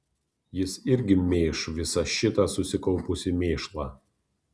jis irgi mėš visą šitą susikaupusį mėšlą